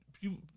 people